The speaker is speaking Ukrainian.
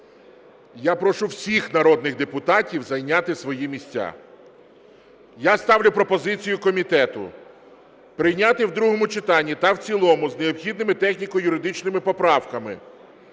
Я прошу всіх народних депутатів зайняти свої місця. Я ставлю пропозицію комітету прийняти в другому та в цілому з необхідними техніко-юридичними поправками